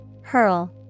Hurl